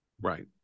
Right